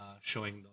showing